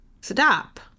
stop